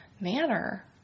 manner